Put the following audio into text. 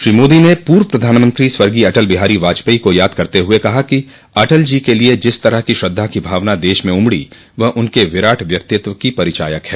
श्री मोदी ने पूर्व प्रधानमंत्री स्वर्गीय अटल बिहारी वाजपेयी को याद करते हुए कहा कि अटल जी के लिए जिस तरह की श्रद्धा की भावना देश में उमड़ी वह उनके विराट व्यक्तित्व की परिचायक है